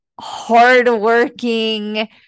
hardworking